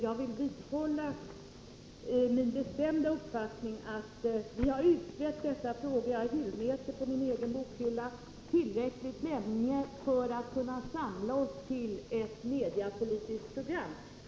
Jag vill vidhålla min bestämda uppfattning att vi har utrett dessa frågor tillräckligt länge — jag har hyllmetrar på min egen bokhylla — för att kunna samla oss till ett mediapolitiskt program.